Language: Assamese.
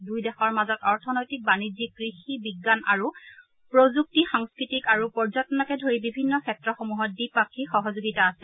দুয়ো দেশৰ মাজত অৰ্থনৈতিক বাণিজ্যিক কৃষি বিজ্ঞান আৰু প্ৰযুক্তি সাংস্কৃতিক আৰু পৰ্যটনকে ধৰি বিভিন্ন ক্ষেত্ৰসমূহত দ্বিপাক্ষিক সহযোগিতা আছে